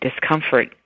discomfort